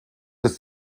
des